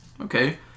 Okay